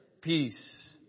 peace